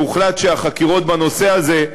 והוחלט שהחקירות בנושא הזה,